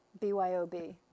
BYOB